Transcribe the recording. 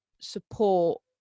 support